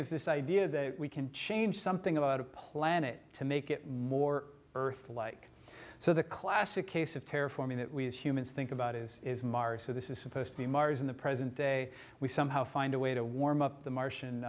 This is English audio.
is this idea that we can change something about a planet to make it more earth like so the classic case of terra forming that we as humans think about is mars so this is supposed to be mars in the present day we somehow find a way to warm up the martian